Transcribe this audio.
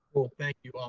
cool. thank you. um